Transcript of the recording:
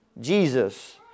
Jesus